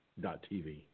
TV